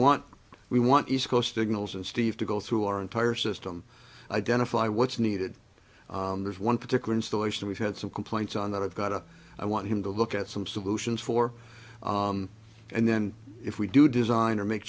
want we want east coast signals and steve to go through our entire system identify what's needed there's one particular installation we've had some complaints on that i've got a i want him to look at some solutions for and then if we do design or make